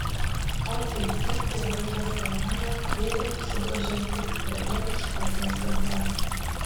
o taip pat ir vaizdas pro langą kvietė pasigrožėti gražia škotijos gamta